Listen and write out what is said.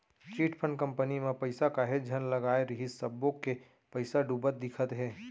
chit fund company म पइसा काहेच झन लगाय रिहिस सब्बो के पइसा डूबत दिखत हे